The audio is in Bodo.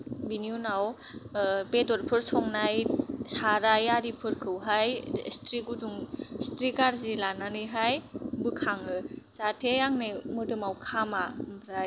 बिनि उनाव बेदरफोर संनाय साराय आरि फोरखौहाय सिथ्रि गुदुं सिथ्रि गार्जि लानानैहाइ बोखाङो जाथे आंनि मोदोनाव खामा ओमफ्राय